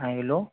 ہاں ہیلو